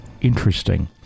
interesting